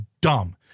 dumb